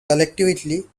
collectively